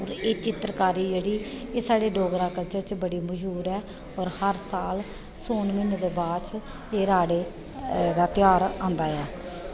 एह् चित्तरकारी जेह्ड़ी एह् साढ़े डोगरा कल्चर च बड़ी मशहूर ऐ ते हर साल सौन म्हीनै दे बाद च एह् राह्ड़े दा ध्यार आंदा ऐ